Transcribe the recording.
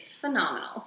Phenomenal